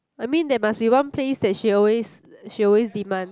I mean that must be one place that she always she always demand